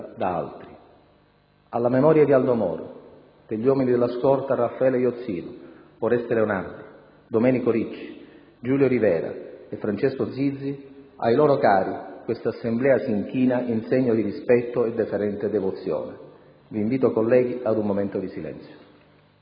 da altri. Alla memoria di Aldo Moroe degli uomini della scorta Raffaele Iozzino, Oreste Leonardi, Domenico Ricci, Giulio Rivera e Francesco Zizzi, ai loro cari, quest'Assemblea si inchina in segno di rispetto e deferente devozione. Vi invito, colleghi, ad osservare un momento di silenzio.